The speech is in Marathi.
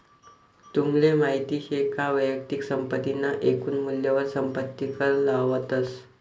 तुमले माहित शे का वैयक्तिक संपत्ती ना एकून मूल्यवर संपत्ती कर लावतस